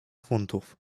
funtów